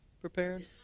prepared